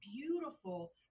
beautiful